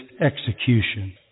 execution